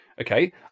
okay